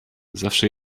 zawsze